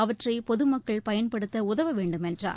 அவற்றை பொதுமக்கள் பயன்படுத்த டதவ வேண்டும் என்றார்